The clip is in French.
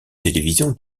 télévision